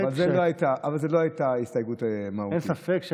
אבל זו לא הייתה הסתייגות מהותית.